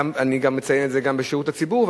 אני מציין את זה גם בשירות הציבור.